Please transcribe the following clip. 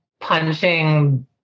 punching